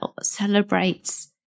celebrates